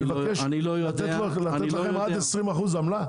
על מה הוא צריך לתת לכם עד 20% עמלה?